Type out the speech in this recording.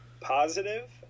positive